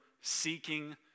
seeking